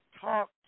talk